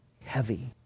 heavy